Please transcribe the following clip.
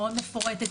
מאוד מפורטת,